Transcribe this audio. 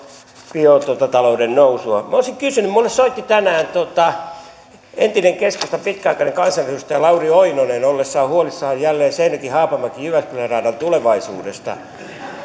biotalouden nousua olisin kysynyt kun minulle soitti tänään entinen keskustan pitkäaikainen kansanedustaja lauri oinonen ja hän oli huolissaan jälleen seinäjoki haapamäki jyväskylä radan tulevaisuudesta